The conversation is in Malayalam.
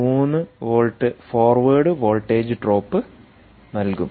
3 വോൾട്ട് ഫോർവേഡ് വോൾട്ടേജ് ഡ്രോപ്പ് നൽകും